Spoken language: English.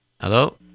Hello